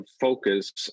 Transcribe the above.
focus